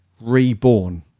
reborn